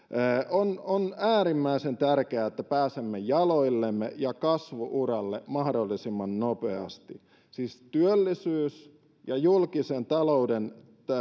on on äärimmäisen tärkeää että pääsemme jaloillemme ja kasvu uralle mahdollisimman nopeasti siis työllisyys ja julkisen talouden